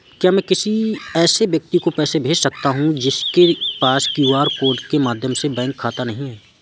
क्या मैं किसी ऐसे व्यक्ति को पैसे भेज सकता हूँ जिसके पास क्यू.आर कोड के माध्यम से बैंक खाता नहीं है?